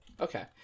Okay